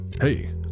Hey